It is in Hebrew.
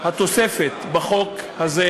התוספת בחוק הזה,